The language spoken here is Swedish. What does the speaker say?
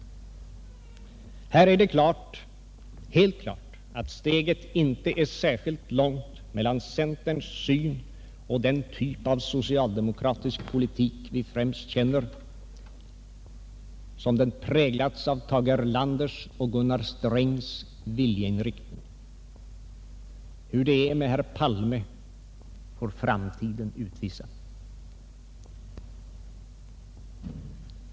Det är helt klart att steget här inte är särskilt långt mellan centerns syn och den typ av socialdemokratisk politik vi främst känner, som den präglats av Tage Erlanders och Gunnar Strängs viljeinriktning. Hur det är med herr Palme får framtiden utvisa.